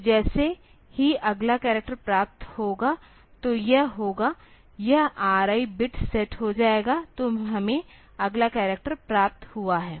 तो जैसे ही अगला करैक्टर प्राप्त होगा तो यह होगा यह RI बिट सेट हो जाएगा तो हमें अगला करैक्टर प्राप्त हुआ है